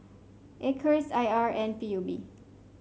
Acres I R and P U B